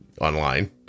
online